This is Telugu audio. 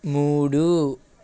మూడు